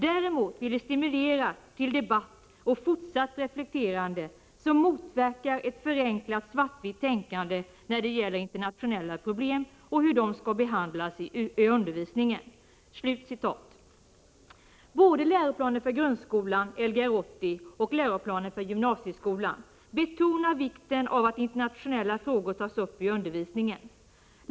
Däremot vill det stimulera till debatt och fortsatt reflekterande som motverkar ett förenklat svartvitt tänkande när det gäller internationella problem och hur de skall behandlas i undervisningen.” Både Lgr 80 och Lgy betonar vikten av att internationella frågor tas upp i undervisningen.